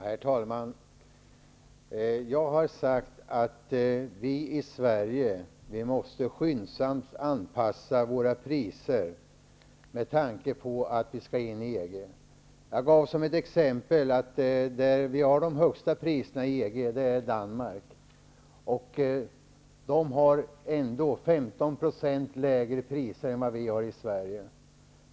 Herr talman! Jag har sagt att vi i Sverige skyndsamt måste anpassa våra priser med tanke på att vi skall bli medlemmar i EG. Jag gav som exempel att Danmark har de högsta priserna i EG. De har ändå 15 % lägre priser än vad vi har i Sverige.